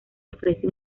ofrece